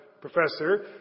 professor